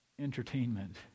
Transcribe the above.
entertainment